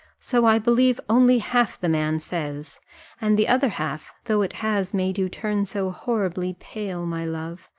so i believe only half the man says and the other half, though it has made you turn so horribly pale, my love,